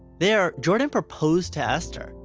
there, jordan proposed to esther.